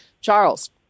Charles